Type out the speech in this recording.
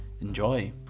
Enjoy